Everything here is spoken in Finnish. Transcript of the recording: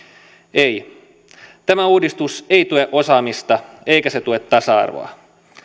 ei tämä uudistus ei tue osaamista eikä se tue tasa arvoa